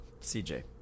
CJ